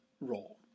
role